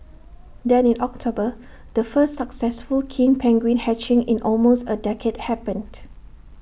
then in October the first successful king penguin hatching in almost A decade happened